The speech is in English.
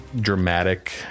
dramatic